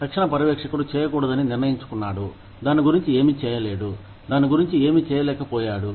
తక్షణ పర్యవేక్షకుడు చేయకూడదని నిర్ణయించుకున్నాడు దాని గురించి ఏమీ చేయలేడు దాని గురించి ఏమీ చేయలేకపోయాడు